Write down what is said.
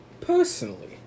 personally